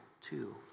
two